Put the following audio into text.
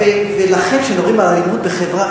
ולכן כשמדברים על אלימות בחברה,